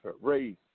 race